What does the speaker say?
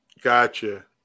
gotcha